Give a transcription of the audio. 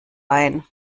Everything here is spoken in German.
ein